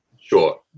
Sure